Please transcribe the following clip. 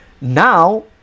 Now